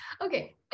Okay